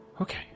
Okay